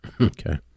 Okay